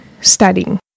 studying